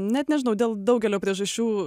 net nežinau dėl daugelio priežasčių